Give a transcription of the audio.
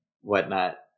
whatnot